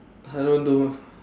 I don't do